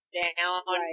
down